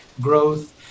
growth